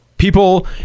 People